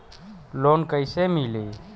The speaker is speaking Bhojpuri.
लोन कईसे मिली?